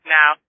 now